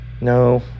no